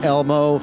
Elmo